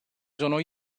sono